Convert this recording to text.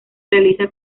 realiza